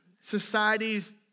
societies